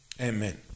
Amen